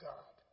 God